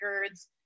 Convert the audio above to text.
records